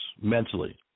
mentally